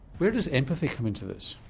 where does empathy come into this?